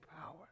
power